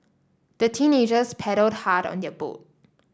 the teenagers paddled hard on their boat